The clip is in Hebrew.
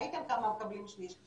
ראיתם כמה מקבלים שליש,